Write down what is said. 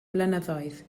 blynyddoedd